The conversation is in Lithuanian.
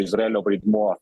izraelio vaidmuo